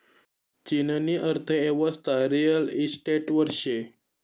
चीननी अर्थयेवस्था रिअल इशटेटवर शे